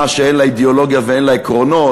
שאין לה אידיאולוגיה ואין לה עקרונות,